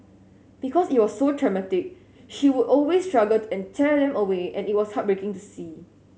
because it was so traumatic she would always struggle and tear them away and it was heartbreaking to see